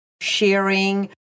sharing